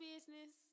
business